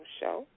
show